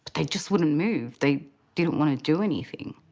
they just wouldn't move. they didn't wanna do anything.